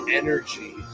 energy